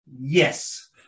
yes